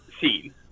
scene